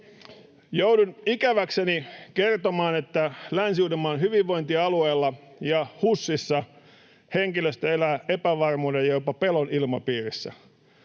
Joudun ikäväkseni kertomaan, että Länsi-Uudenmaan hyvinvointialueella ja HUSissa henkilöstö elää epävarmuuden ja jopa pelon ilmapiirissä.